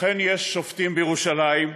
אכן יש שופטים בירושלים,